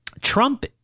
Trump